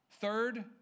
Third